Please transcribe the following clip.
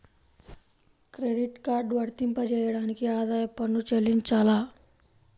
Credit card వర్తింపజేయడానికి ఆదాయపు పన్ను చెల్లించాలా?